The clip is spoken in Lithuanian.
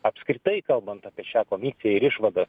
apskritai kalbant apie šią komisiją ir išvadas